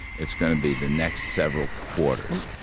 it's going to be the next several quarters.